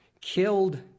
killed